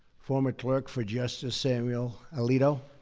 former clerk for justice samuel alito.